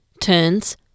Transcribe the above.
turns